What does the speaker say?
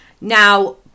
Now